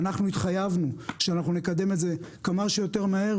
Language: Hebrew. התחייבנו שאנחנו נקדם את זה כמה שיותר מהר,